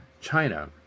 China